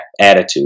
attitude